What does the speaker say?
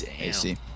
AC